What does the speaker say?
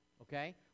okay